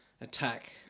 attack